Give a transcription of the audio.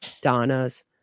Donna's